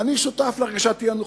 אני שותף להרגשת האי-נוחות,